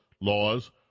laws